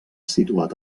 situat